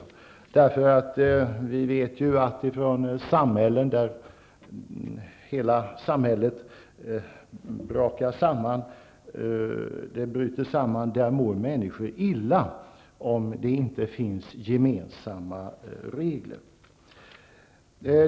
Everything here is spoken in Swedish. Vi vet att när hela samhällen brakar ihop så mår människor illa om det inte finns gemensamma regler.